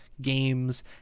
games